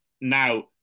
Now